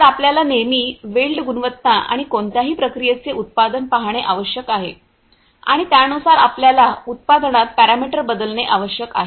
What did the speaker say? तर आपल्याला नेहमी वेल्ड गुणवत्ता किंवा कोणत्याही प्रक्रियेचे उत्पादन पहाणे आवश्यक आहे आणि त्यानुसार आपल्याला उत्पादनात पॅरामीटर बदलणे आवश्यक आहे